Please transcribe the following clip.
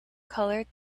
colored